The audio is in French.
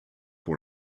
pour